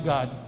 God